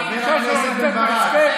חבר הכנסת בן ברק,